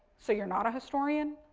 so, you're not a historian.